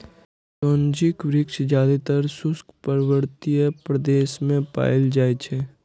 चिरौंजीक वृक्ष जादेतर शुष्क पर्वतीय प्रदेश मे पाएल जाइ छै